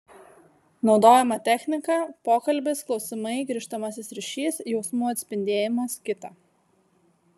naudojama technika pokalbis klausimai grįžtamasis ryšys jausmų atspindėjimas kita